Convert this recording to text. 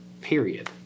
period